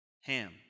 Ham